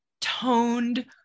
toned